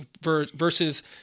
versus